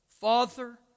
Father